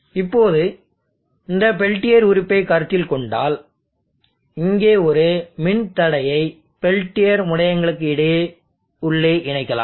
இப்போது இந்த பெல்டியர் உறுப்பைக் கருத்தில் கொண்டால் இங்கே ஒரு மின்தடையை பெல்டியர் முனையங்களுக்கு இடையே உள்ளே இணைக்கலாம்